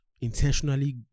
intentionally